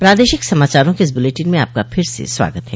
प्रादेशिक समाचारों के इस बुलेटिन में आपका फिर से स्वागत है